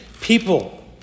people